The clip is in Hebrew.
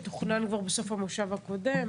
סיור שתוכנן כבר בסוף המושב הקודם,